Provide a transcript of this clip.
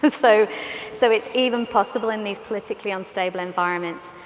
ah so so it's even possible in these politically unstable environments.